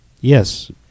yes